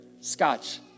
scotch